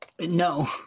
No